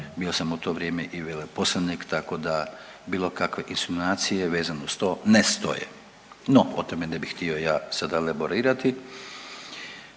bio sam u to vrijeme i veleposlanik, tako da bilo kakve insinuacije vezano uz to ne stoje. No, o tome ne bih htio ja sad elaborirati.